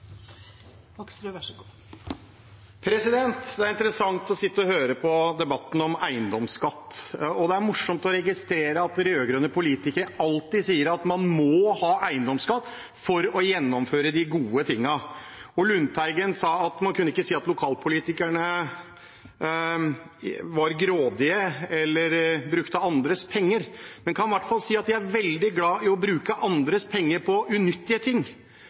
morsomt å registrere at rød-grønne politikere alltid sier at man må ha eiendomsskatt for å gjennomføre de gode tingene. Lundteigen sa at man ikke kunne si at lokalpolitikerne var grådige eller brukte andres penger. Men man kan i hvert fall si at de er veldig glad i å bruke andres penger på unyttige ting.